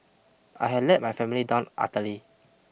I had let my family down utterly